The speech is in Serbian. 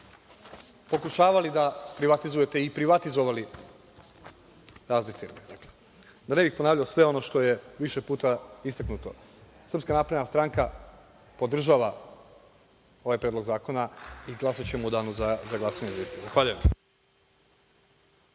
pokušavali da privatizujete i privatizovali razne firme. Da ne bih ponavljao sve ono što je više puta istaknuto, SNS podržava ovaj predlog zakona i glasaćemo u danu za glasanje za isti. Zahvaljujem.